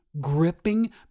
gripping